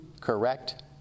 correct